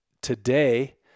today